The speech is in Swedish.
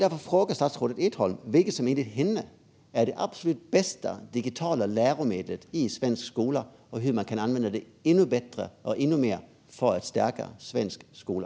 Därför frågar jag statsrådet Edholm: Vilket är enligt henne det absolut bästa digitala läromedlet i svensk skola, och hur kan det användas ännu mer och bättre för att stärka svensk skola?